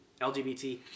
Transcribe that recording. LGBT